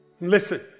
Listen